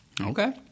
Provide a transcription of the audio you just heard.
Okay